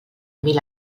mil